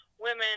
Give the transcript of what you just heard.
women